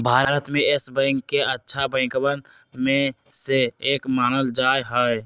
भारत में Yes Bank के अच्छा बैंकवन में से एक मानल जा हई